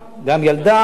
גם ילדה.